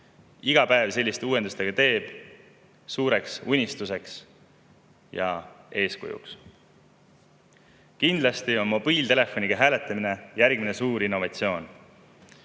iga päev selliste uuenduste abil teeb, suureks unistuseks ja eeskujuks. Kindlasti on mobiiltelefoniga hääletamine järgmine suur innovatsioon,